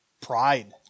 pride